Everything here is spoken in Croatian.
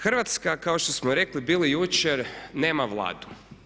Hrvatska kao što smo rekli bili jučer nema Vladu.